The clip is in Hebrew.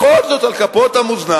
בכל זאת על כפות המאזניים